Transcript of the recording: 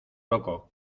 loco